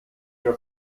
your